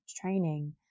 training